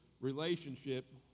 relationship